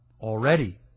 already